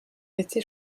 été